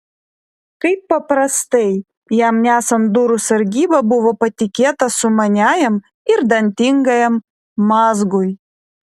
kaip paprastai jam nesant durų sargyba buvo patikėta sumaniajam ir dantingajam mazgui